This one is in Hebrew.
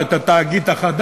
כן, הנימוקים להצעת החוק